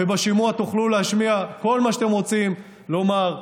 ובשימוע תוכלו להשמיע כל מה שאתם רוצים לומר,